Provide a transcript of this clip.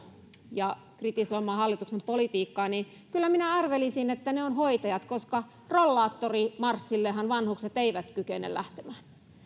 ja kritisoimaan hallituksen politiikkaa kyllä minä arvelisin että ne ovat hoitajat koska rollaattorimarssillehan vanhukset eivät kykene lähtemään